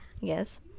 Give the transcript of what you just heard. yes